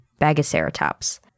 Bagaceratops